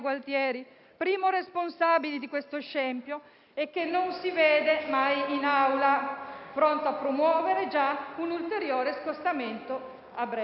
primo responsabile di questo scempio, che non si vede mai in Aula ed è pronto a promuovere, a breve, un ulteriore scostamento di